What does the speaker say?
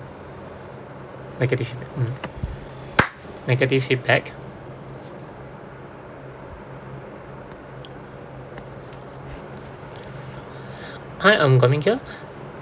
mm negative feedback hi I'm kok ming here